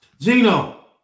Gino